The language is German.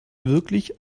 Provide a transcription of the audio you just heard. wirklich